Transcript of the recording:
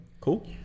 Cool